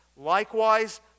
Likewise